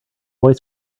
boy